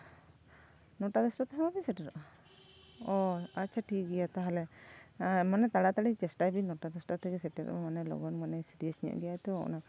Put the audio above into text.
ᱱᱚᱴᱟ ᱫᱚᱥᱴᱟ ᱛᱮᱦᱚᱸ ᱵᱟᱵᱮᱱ ᱥᱮᱴᱮᱨᱚᱜᱼᱟ ᱚ ᱟᱪᱪᱷᱟ ᱴᱷᱤᱠᱜᱮᱭᱟ ᱛᱟᱦᱞᱮ ᱟᱨ ᱢᱟᱱᱮ ᱛᱟᱲᱟ ᱛᱟᱹᱲᱤ ᱪᱮᱥᱴᱟᱭ ᱵᱤᱱ ᱱᱚᱴᱟ ᱫᱚᱥᱴᱟ ᱛᱮᱜᱮ ᱥᱮᱴᱮᱨᱚᱜ ᱵᱤᱱ ᱢᱟᱱᱮ ᱞᱚᱜᱚᱱ ᱢᱟᱱᱮ ᱥᱤᱨᱤᱭᱟᱥ ᱧᱚᱜ ᱜᱮᱭᱟᱭ ᱛᱚ